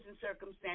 circumstances